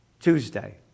Tuesday